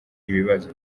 ibibazo